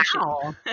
Wow